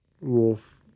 wolf